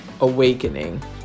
awakening